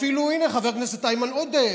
אפילו חבר הכנסת איימן עודה,